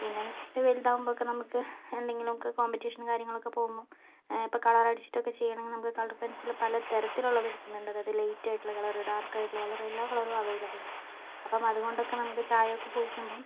പിന്നെന്നു വെച്ചിട്ടുണ്ടെങ്കില് വലുതാവുമ്പൊക്കെ നമുക്ക് എന്തെങ്കിലുമൊക്കെ കോമ്പറ്റീഷനും കാര്യങ്ങളൊക്കെ പോകുമ്പം ഇപ്പോ കളറടിച്ചിട്ടൊക്കെ ചെയ്യണമെങ്കിൽ നമുക്ക് കളർ പെൻസിൽ പലതരത്തിലുള്ളത് കിട്ടുന്നുണ്ട് അതായത് ലൈറ്റായിട്ടുള്ള കളറ് ഡാർക്കായിട്ടുള്ള കളറ് എല്ലാ കളറും അവൈലബിളാണ് അപ്പം അതുകൊണ്ടൊക്കെ നമുക്ക് ചായയൊക്കെ പൂശുമ്പം